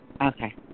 Okay